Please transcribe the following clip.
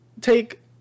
take